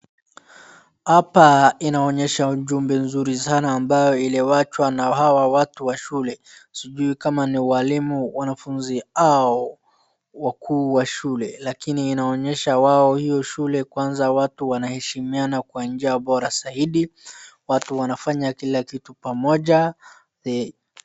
Hapa inaonyesha ujumbe mzuri sana ambao ile watu hawa watu wa shule. Sijui kama ni walimu ,wanafunzi au wakuu wa shule lakini inaonyesha wao hiyo shule kwanza watu wanaheshimina kwa njia bora zaidi watu wnafanya kazi pamoja.